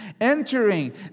Entering